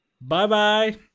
Bye-bye